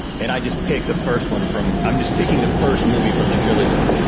and i just pick the first one from, i'm just picking the first movie from the trilogy,